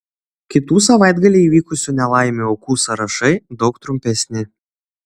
kitų savaitgalį įvykusių nelaimių aukų sąrašai daug trumpesni